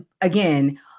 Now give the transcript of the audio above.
again